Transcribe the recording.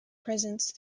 presence